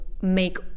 make